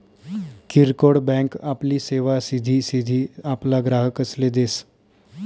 किरकोड बँक आपली सेवा सिधी सिधी आपला ग्राहकसले देस